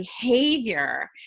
behavior